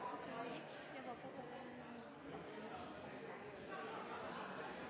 måneder. Var jeg da